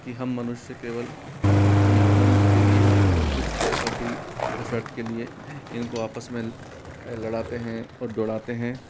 कि हम मनुष्य केवल अपने आनंद के लिए और कुछ पैसों की शर्त के लिए इनको आपस में लड़ाते हैं और दौड़ाते हैं